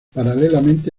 paralelamente